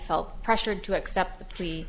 felt pressured to accept the p